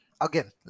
again